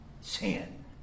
Sin